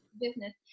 business